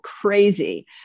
crazy